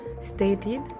stated